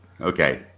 okay